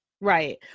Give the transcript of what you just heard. Right